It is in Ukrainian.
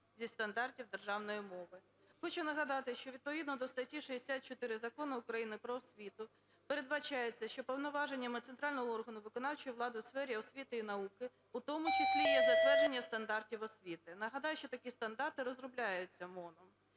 зі стандартів державної мови". Хочу нагадати, що відповідно до статті 64 Закону України "Про освіту" передбачається, що повноваженнями центрального органу виконавчої влади у сфері освіти і науки в тому числі є затвердження стандартів освіти. Нагадаю, що такі стандарти розробляються МОНом.